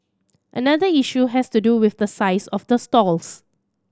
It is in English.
another issue has to do with the size of the stalls